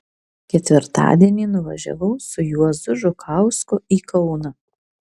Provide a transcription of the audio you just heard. ketvirtadienį nuvažiavau su juozu žukausku į kauną